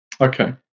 Okay